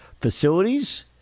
facilities